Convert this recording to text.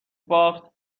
باخت